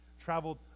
traveled